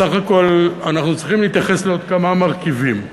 בסך הכול אנחנו צריכים להתייחס לעוד כמה מרכיבים.